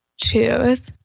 choose